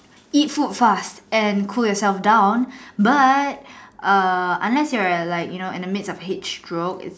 eat food fast and cool yourself down but err unless you are like you know in the midst of heat stroke it's